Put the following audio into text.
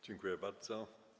Dziękuję bardzo.